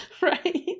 Right